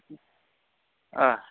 औ